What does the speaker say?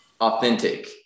Authentic